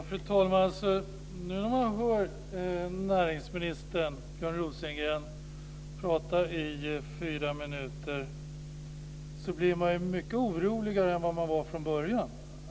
Fru talman! Nu när man hör näringsminister Björn Rosengren prata i fyra minuter blir man ju mycket oroligare än vad man var från början.